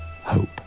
hope